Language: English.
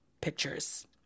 pictures